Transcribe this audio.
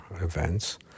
events